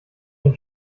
den